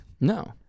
No